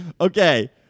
Okay